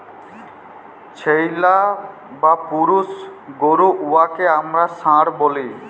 ছেইল্যা বা পুরুষ গরু উয়াকে আমরা ষাঁড় ব্যলি